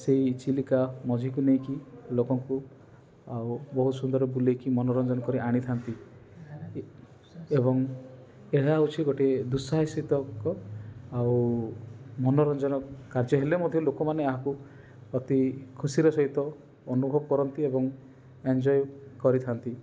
ସେଇ ଚିଲିକା ମଝିକୁ ନେଇକି ଲୋକଙ୍କୁ ଆଉ ବହୁତ ସୁନ୍ଦର ବୁଲେଇକି ମନୋରଞ୍ଜନ କରିକି ଆଣିଥାନ୍ତି ଏବଂ ଏହା ହଉଛି ଗୋଟିଏ ଦୁଃସାହସିତକ ଆଉ ମନୋରଞ୍ଜନ କାର୍ଯ୍ୟ ହେଲେ ମଧ୍ୟ ଲୋକମାନେ ଏହାକୁ ଅତି ଖୁସିର ସହିତ ଅନୁଭବ କରନ୍ତି ଏବଂ ଏନଜୟ କରିଥାନ୍ତି